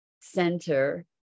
center